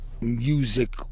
music